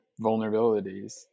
vulnerabilities